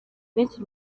benshi